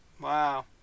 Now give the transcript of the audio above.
Wow